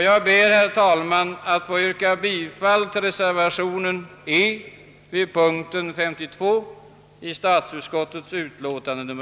Jag ber, herr talman, att få yrka bifall till reservation E vid denna punkt i statsutskottets utlåtande.